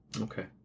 Okay